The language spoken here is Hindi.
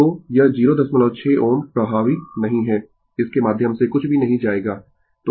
तो यह 06 Ω प्रभावी नहीं है इसके माध्यम से कुछ भी नहीं जाएगा